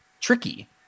tricky